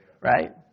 Right